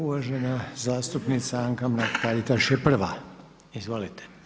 Uvažena zastupnica Anka Mrak-Taritaš je prva, izvolite.